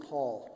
Paul